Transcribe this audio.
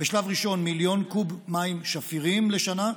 בשלב ראשון מיליון מ"ק מים שפירים לשנה,